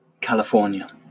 California